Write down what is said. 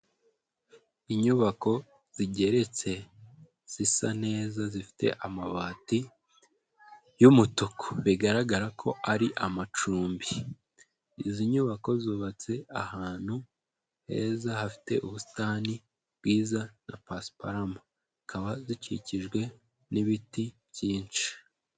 Inyubako zigeretse zisa neza zifite amabati y'umutuku, bigaragara ko ari amacumbi. Izi nyubako zubatse ahantu heza hafite ubusitani bwiza na pasiparama, zikaba zikikijwe n'ibiti byinshi.